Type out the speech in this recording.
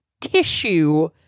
tissue